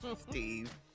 Steve